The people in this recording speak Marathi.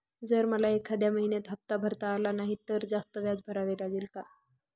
जर मला एखाद्या महिन्यात हफ्ता भरता आला नाही तर जास्त व्याज भरावे लागेल का?